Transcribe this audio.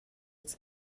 its